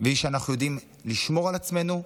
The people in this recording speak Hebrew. והיא שאנחנו יודעים לשמור על עצמנו,